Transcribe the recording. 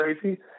crazy